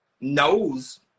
knows